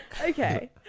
Okay